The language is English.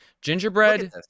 Gingerbread